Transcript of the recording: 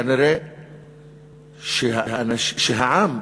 כנראה העם,